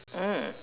mm